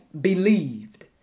believed